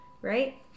right